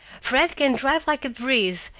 fred can drive like a breeze.